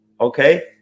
Okay